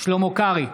שלמה קרעי,